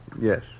Yes